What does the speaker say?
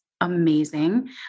Amazing